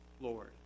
Lord